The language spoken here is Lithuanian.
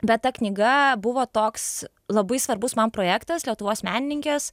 bet ta knyga buvo toks labai svarbus man projektas lietuvos menininkės